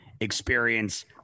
experience